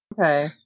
Okay